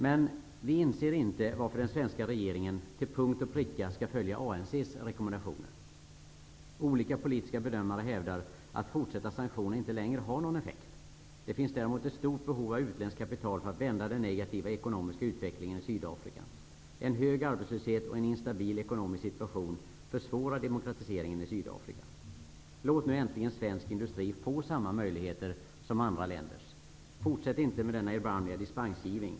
Men vi i Ny demokrati inser inte varför den svenska regeringen till punkt och pricka skall följa ANC:s rekommendationer. Olika politiska bedömare hävdar att fortsatta sanktioner inte längre har någon effekt. Det finns däremot ett stort behov av utländskt kapital för att vända den negativa ekonomiska utvecklingen i Sydafrika. En hög arbetslöshet och en instabil ekonomisk situation försvårar demokratiseringen i Sydafrika. Låt nu äntligen svensk industri få samma möjligheter som andra länders industrier. Fortsätt inte med denna erbarmliga dispensgivning.